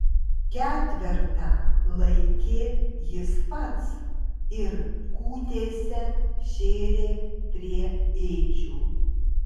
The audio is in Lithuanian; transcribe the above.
ketvertą laikė jis pats ir kūtėse šėrė prie ėdžių